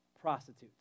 prostitutes